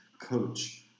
coach